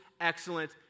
Excellent